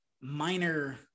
minor